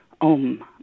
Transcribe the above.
Om